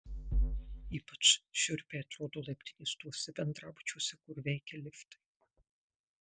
ypač šiurpiai atrodo laiptinės tuose bendrabučiuose kur veikia liftai